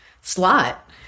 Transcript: slot